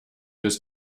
des